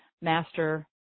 master